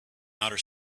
outer